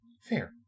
Fair